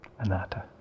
Anatta